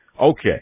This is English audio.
Okay